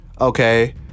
okay